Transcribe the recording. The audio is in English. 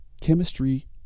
chemistry